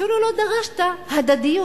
אפילו לא דרשת הדדיות.